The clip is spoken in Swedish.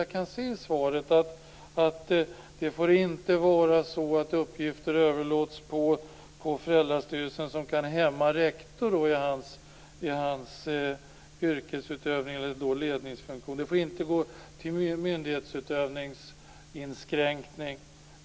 Jag kan se i svaret att det inte får bli på det sättet att uppgifter som kan hämma rektor i hans yrkesutövning eller ledningsfunktion får överlåtas till föräldrastyrelserna. Det får inte bli någon myndighetsutövningsinskränkning.